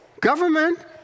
government